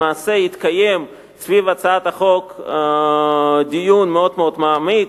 למעשה התקיים סביבה דיון מאוד מאוד מעמיק,